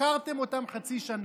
הפקרתם אותם חצי שנה.